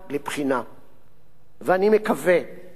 אני מקווה שהכנסת הזאת,